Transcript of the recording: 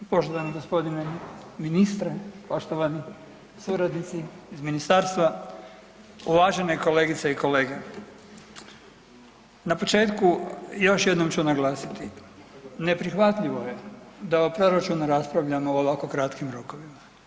Poštovani gospodine ministre, poštovani suradnici iz ministarstva, uvažene kolegice i kolege, na početku još jednom ću naglasiti neprihvatljivo je da o proračunu raspravljamo u ovako kratkim rokovima.